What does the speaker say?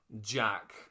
Jack